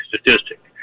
statistic